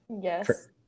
Yes